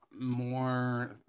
more